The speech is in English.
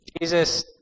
Jesus